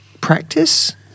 practice